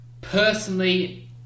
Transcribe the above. Personally